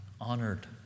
honored